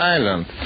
Island